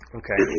okay